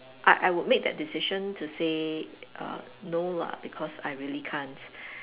I I would make that decision to say err no lah because I really can't